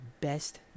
best